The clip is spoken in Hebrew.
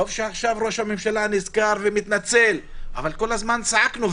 טוב שעכשיו ראש הממשלה נזכר ומתנצל אבל כל הזמן צעקנו,